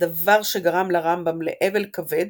- דבר שגרם לרמב"ם לאבל כבד